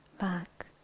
back